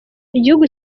igihugu